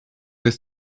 jest